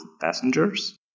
passengers